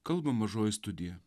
kalba mažoji studija